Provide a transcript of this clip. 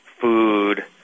food